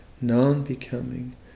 Non-becoming